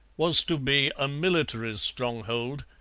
was to be a military stronghold,